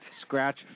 scratch